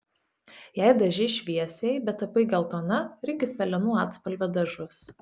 jei dažei šviesiai bet tapai geltona rinkis pelenų atspalvio dažus